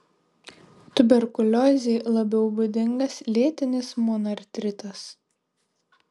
tuberkuliozei labiau būdingas lėtinis monoartritas